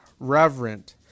reverent